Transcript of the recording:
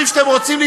טילים.